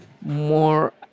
more